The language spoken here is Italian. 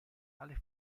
alle